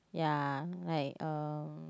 ya like um